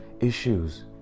issues